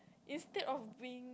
instead of being